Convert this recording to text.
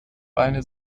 beine